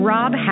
Rob